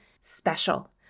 special